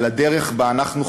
על הדרך שבה אנחנו,